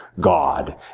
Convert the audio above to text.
God